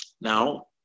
Now